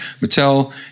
Mattel